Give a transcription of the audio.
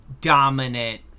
dominant